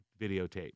videotape